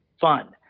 fun